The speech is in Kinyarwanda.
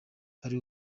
hari